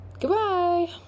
Goodbye